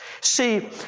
See